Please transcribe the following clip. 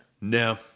No